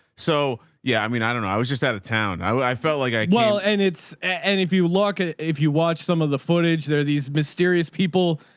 so, yeah, i mean, i don't know. i was just out of town. i felt like i could. and it's and if you lock it, if you watch some of the footage, there are these mysterious people,